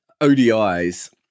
odis